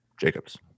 Jacobs